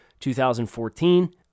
2014